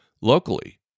locally